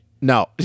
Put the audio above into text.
No